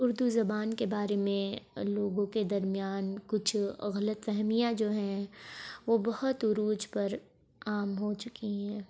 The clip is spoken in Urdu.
اردو زبان کے بارے میں لوگوں کے درمیان کچھ غلط فہمیاں جو ہیں وہ بہت عروج پر عام ہو چکی ہیں